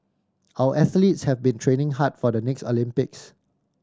our athletes have been training hard for the next Olympics